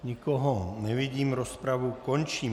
Nikoho nevidím, rozpravu končím.